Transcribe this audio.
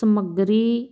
ਸਮੱਗਰੀ